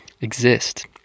exist